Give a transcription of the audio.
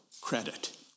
credit